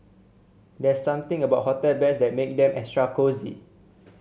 there's something about hotel beds that makes them extra cosy